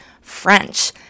French